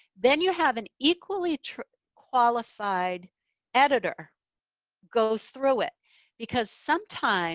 then you have an equally qualified editor go through it because sometimes